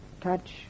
touch